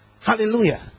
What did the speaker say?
Hallelujah